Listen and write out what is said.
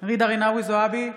ג'ידא רינאוי זועבי,